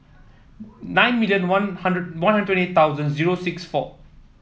nine million One Hundred One Hundred twenty eight thousand zero six four